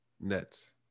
Nets